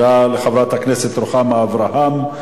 תודה לחברת הכנסת רוחמה אברהם.